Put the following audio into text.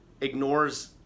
ignores